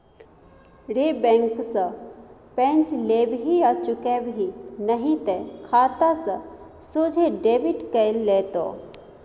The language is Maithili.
रे बैंक सँ पैंच लेबिही आ चुकेबिही नहि तए खाता सँ सोझे डेबिट कए लेतौ